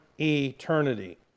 eternity